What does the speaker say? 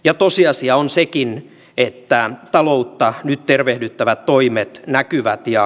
ja tosiasia on sekin että taloutta nyt tervehdyttävät toimet näkyvät ja